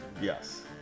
yes